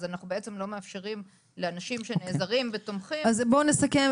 אנחנו לא מאפשרים לאנשים שנעזרים ותומכים --- בואו נסכם,